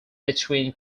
between